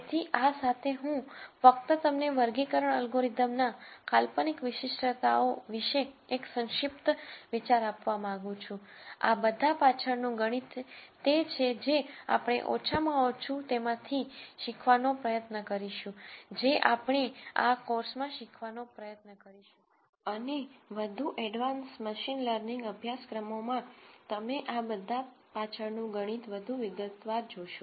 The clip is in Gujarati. તેથી આ સાથે હું ફક્ત તમને વર્ગીકરણના અલ્ગોરિધમના કાલ્પનિક વિશિષ્ટતાઓ વિશે એક સંક્ષિપ્ત વિચાર આપવા માંગું છું આ બધા પાછળનું ગણિત તે છે જે આપણે ઓછામાં ઓછું તેમાંથી કેટલાક શીખવવાનો પ્રયત્ન કરીશું જે આપણે આ કોર્સમાં શીખવવાનો પ્રયત્ન કરીશું અને વધુ એડવાન્સ મશીન લર્નિંગ અભ્યાસક્રમો માં તમે આ બધા પાછળનું ગણિત વધુ વિગતવાર જોશો